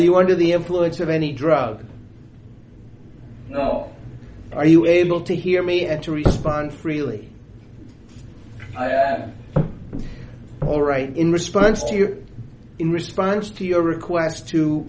you under the influence of any drug are you able to hear me and to respond freely all right in response to your in response to your request to